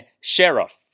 Sheriff